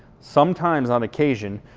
sometimes on occasion,